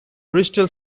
bristol